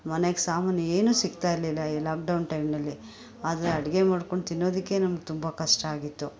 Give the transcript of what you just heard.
ಮನೆಗೆ ಸಾಮಾನು ಏನು ಸಿಗ್ತಾ ಇರ್ಲಿಲ್ಲ ಈ ಲಾಕ್ ಡೌನ್ ಟೈಮ್ನಲ್ಲಿ ಆದರೆ ಅಡುಗೆ ಮಾಡ್ಕೊಂಡು ತಿನ್ನೋದಕ್ಕೆ ನಮ್ಗೆ ತುಂಬ ಕಷ್ಟ ಆಗಿತ್ತು